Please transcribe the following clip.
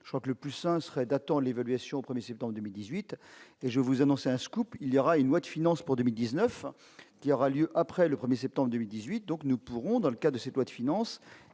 je crois que le plus sage serait datant l'évaluation au 1er septembre 2018 et je vous annonçais un scoop, il y aura une loi de finances pour 2019, il aura lieu après le 1er septembre 2018, donc nous pourrons dans le cas de cette loi de finances,